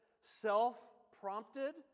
self-prompted